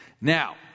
Now